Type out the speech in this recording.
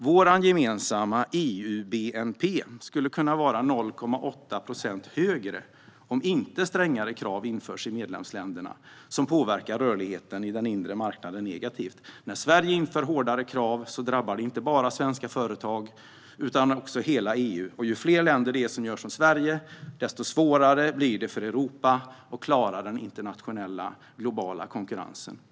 Vår gemensamma EU-bnp skulle kunna vara 0,8 procent högre om inte strängare krav som påverkar rörligheten i den inre marknaden negativt införs i medlemsländerna. När Sverige inför hårdare krav drabbar det inte bara svenska företag utan hela EU, och ju fler länder som gör som Sverige, desto svårare blir det för Europa att klara den globala konkurrensen.